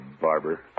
barber